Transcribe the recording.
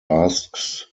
asks